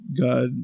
God